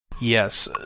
Yes